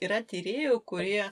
yra tyrėjų kurie